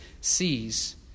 sees